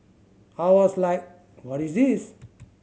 I was like what is this